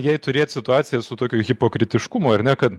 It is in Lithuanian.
jei turėti situaciją su tokiu hipokritiškumu ar ne kad